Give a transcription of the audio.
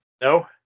no